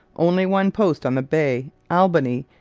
only one post on the bay albany,